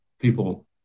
people